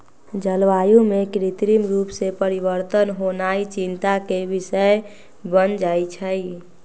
जलवायु में कृत्रिम रूप से परिवर्तन होनाइ चिंता के विषय बन जाइ छइ